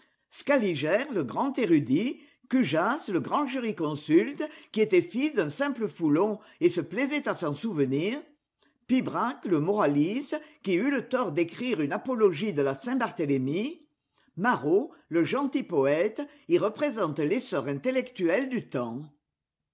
scaliger le grand érudit cujas le grand jurisconsulte qui était fils d'un simple foulon et se plaisait à s'en souvenir pibrac le moraliste qui eut le tort d'écrire une apologie de la saint barthélémy imarot le gentil poète y représentent l'essor intellectuel du temps